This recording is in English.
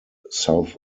south